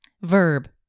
Verb